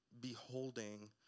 beholding